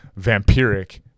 vampiric